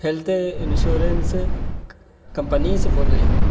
health insurance company سے بول رہے ہیں جی